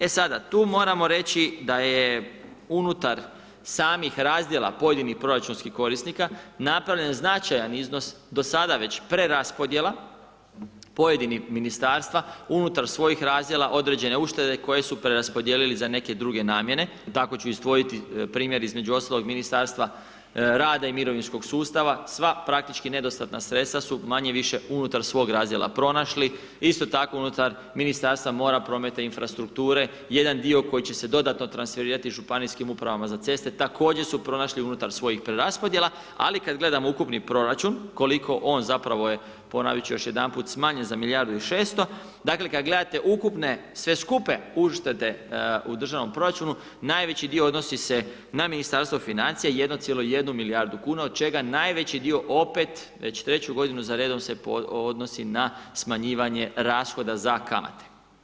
E sada tu moramo reći da je unutar samih razdjela pojedinih proračunskih korisnika, napravljen značajan iznos do sada već preraspodjela pojedinih ministarstva unutar svojih razdjela određene uštede koje su preraspodijelili za neke dr. namjene, tako ću izdvojiti između ostalog ministarstva rada i mirovinskog sustava, sva praktički nedostatna sredstva su manje-više unutar svog razdjela pronašli, isto tako unutar Ministarstva mora, prometa i infrastrukture, jedan dio koji će se dodatno transferirati županijskim upravama za ceste, također su pronašli unutar svojih preraspodjela, ali kada gledamo ukupni proračun, koliko on, zapravo je, ponoviti ću još jedanput smanjen za milijardu i 600, dakle, kada gledate ukupne, sve skupe uštede u državnom proračunu, najveći dio odnosi se na Ministarstvo financija, 1,1 milijardu kn, od čega najveći dio, opet, već 3 g. za redom, se odnosi na smanjivanje rashoda za kamate.